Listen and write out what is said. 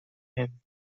him